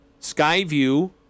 Skyview